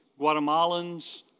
Guatemalans